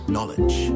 Knowledge